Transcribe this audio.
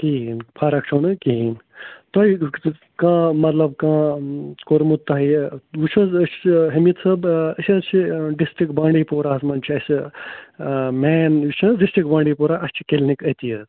کِہیٖنۍ فرق چھو نہ کِہیٖنۍ تۄہہِ کانٛہہ مطلب کانٛہہ کوٚرمُت تۄہہِ وٕچھ حظ أسۍ چھِ حمیٖد صٲب أسۍ حظ چھِ ڈِسٹِرٛک بانٛڈی پورہَس منٛز چھِ اَسہِ مین یُس چھُ ڈِسٹرٛک بانٛڈی پورہ اَسہِ چھِ کِلنِک أتی حظ